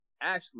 Ashley